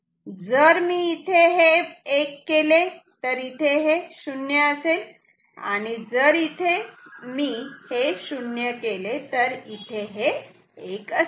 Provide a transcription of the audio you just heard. जर मी इथे हे 1 केले तर इथे हे 0 असेल आणि जर मी इथे हे 0 केले तर इथे हे 1 असेल